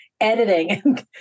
editing